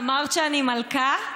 אמרת שאני מלכה?